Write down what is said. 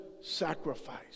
sacrifice